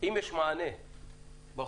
אם יש מענה בחוק,